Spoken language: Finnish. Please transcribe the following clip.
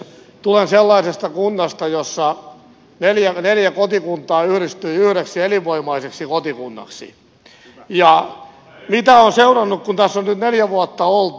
tulen sellaisesta kunnasta jossa neljä kotikuntaa yhdistyi yhdeksi elinvoimaiseksi kotikunnaksi ja niitä olen seurannut kun tässä on nyt neljä vuotta oltu